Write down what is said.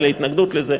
אין לי התנגדות לזה,